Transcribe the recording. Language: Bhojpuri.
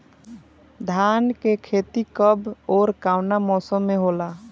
धान क खेती कब ओर कवना मौसम में होला?